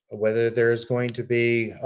whether there's going to be,